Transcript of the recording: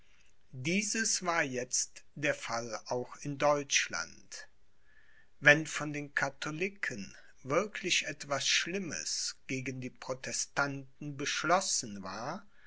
dieses war jetzt der fall auch in deutschland wenn von den katholiken wirklich etwas schlimmes gegen die protestanten beschlossen war